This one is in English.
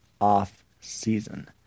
off-season